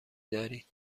دارید